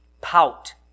Pout